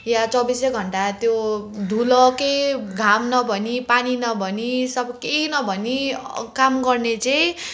यहाँ चौबिसै घन्टा त्यो धुलो केही घाम नभनी पानी नभनी सब केही नभनी काम गर्ने चाहिँ